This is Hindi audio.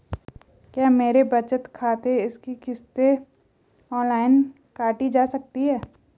क्या मेरे बचत खाते से इसकी किश्त ऑनलाइन काटी जा सकती है?